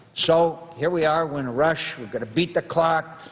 so here we are. we're in a rush. we've got to beat the clock.